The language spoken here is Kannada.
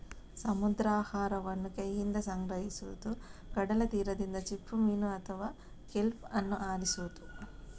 ಸಮುದ್ರಾಹಾರವನ್ನು ಕೈಯಿಂದ ಸಂಗ್ರಹಿಸುವುದು, ಕಡಲ ತೀರದಿಂದ ಚಿಪ್ಪುಮೀನು ಅಥವಾ ಕೆಲ್ಪ್ ಅನ್ನು ಆರಿಸುವುದು